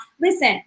listen